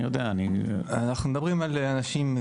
אנחנו מדברים על אנשים,